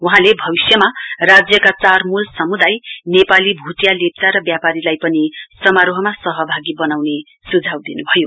वहाँले भविष्यमा राज्यका चार मूल समुदाय नेपालीभूटिया लेप्चा र व्यापारी लाई पनि समारोहमा सहभागी बनाउने सुझाव दिनुभयो